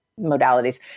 modalities